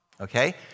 okay